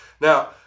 Now